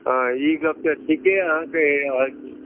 ओ ई गप तऽ ठीके अहाँ कहि रहल छी